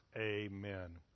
amen